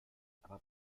aber